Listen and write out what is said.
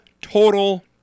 total